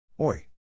Oi